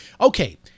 okay